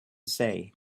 say